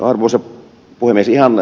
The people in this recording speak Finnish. ihan lyhyesti